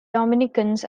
dominicans